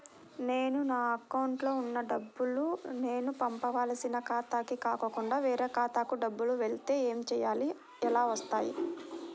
నేను నా అకౌంట్లో వున్న డబ్బులు నేను పంపవలసిన ఖాతాకి కాకుండా వేరే ఖాతాకు డబ్బులు వెళ్తే ఏంచేయాలి? అలా వెళ్తాయా?